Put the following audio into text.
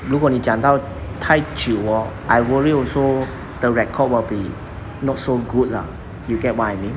如果你讲到太久 orh I worry also the record will be not so good lah you get what you mean